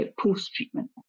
post-treatment